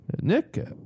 Nick